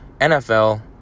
NFL